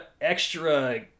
extra